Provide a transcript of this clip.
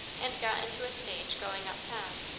and got into a stage going up town,